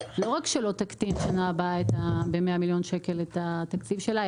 לא רק שלא תקטין בשנה הבאה ב-100 מיליון שקל את התקציב שלה,